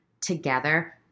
together